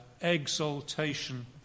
exaltation